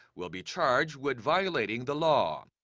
will be charged with violating the law.